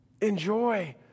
Enjoy